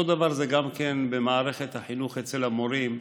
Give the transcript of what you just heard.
אותו דבר זה גם כן במערכת החינוך אצל המורים.